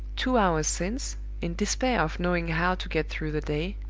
two hours since in despair of knowing how to get through the day,